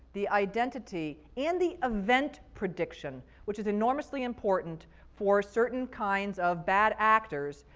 the identity, and the event prediction which is enormously important for certain kinds of bad actors,